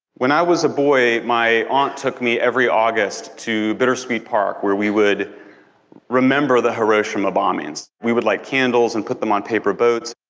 when i was boy, my aunt took me every august to bittersweet park, where we would remember the hiroshima bombings. we would light like candles, and put them on paper boats.